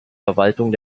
verwaltung